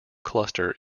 cluster